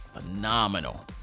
phenomenal